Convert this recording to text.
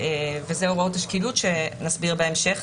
וזה הוראות השקילות שנסביר בהמשך,